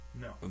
No